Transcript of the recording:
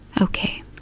Okay